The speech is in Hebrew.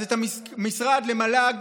אז את המשרד למל"ג